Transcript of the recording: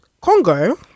Congo